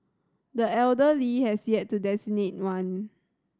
the elder Lee has yet to designate one